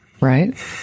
Right